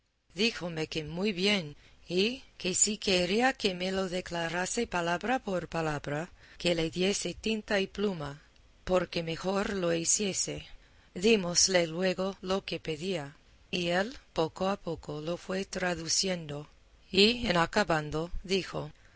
díjome que muy bien y que si quería que me lo declarase palabra por palabra que le diese tinta y pluma porque mejor lo hiciese dímosle luego lo que pedía y él poco a poco lo fue traduciendo y en acabando dijo